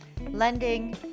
lending